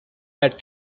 had